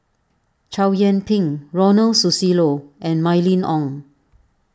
Chow Yian Ping Ronald Susilo and Mylene Ong